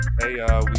Hey